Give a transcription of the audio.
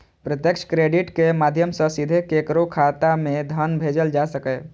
प्रत्यक्ष क्रेडिट के माध्यम सं सीधे केकरो खाता मे धन भेजल जा सकैए